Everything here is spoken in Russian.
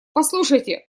послушайте